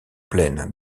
plaine